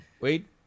Wait